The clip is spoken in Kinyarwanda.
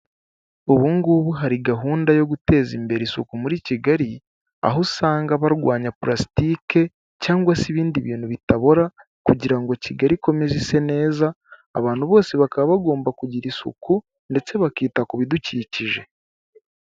Ubungubu hari gahunda yo guteza imbere isuku muri Kigali, aho usanga barwanya pulasitike cyangwa se ibindi bintu bitabora kugira ngo Kigali ime ise neza, abantu bose bakaba bagomba kugira isuku ndetse bakita ku bidukikije.